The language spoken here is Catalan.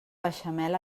beixamel